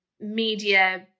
media